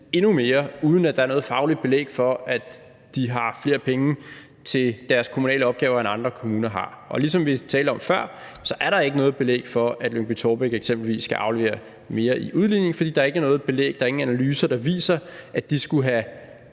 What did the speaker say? endnu mere, uden at der er noget fagligt belæg for, at de har flere penge til deres kommunale opgaver, end andre kommuner har. Og ligesom vi talte om før, er der ikke noget belæg for, at Lyngby-Taarbæk eksempelvis skal aflevere mere i udligning, for der er ikke nogen analyser, der viser, at de skulle have